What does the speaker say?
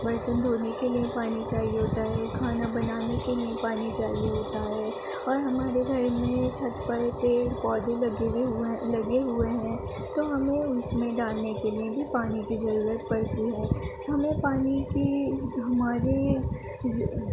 برتن دھونے کے لیے پانی چاہیے ہوتا ہے کھانا بنانے کے لیے پانی چاہیے ہوتا ہے اور ہمارے گھر میں چھت پر پیڑ پودے لگے ہوئے ہیں لگے ہوئے ہیں تو ہمیں اس میں ڈالنے کے لیے بھی پانی کی ضرورت پڑتی ہے ہمیں پانی کی ہمارے